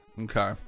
Okay